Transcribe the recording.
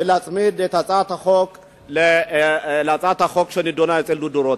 ולהצמיד את הצעת החוק להצעת החוק שנדונה אצל דוד רותם.